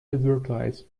advertise